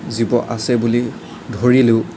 জীৱ আছে বুলি ধৰিলেও